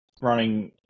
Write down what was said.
running